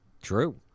true